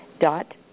dot